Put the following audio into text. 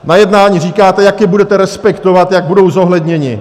Na jednání říkáte, jak je budete respektovat, jak budou zohledněny.